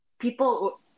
people